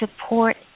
support